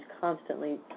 constantly